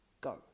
Go